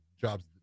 jobs